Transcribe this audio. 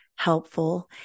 helpful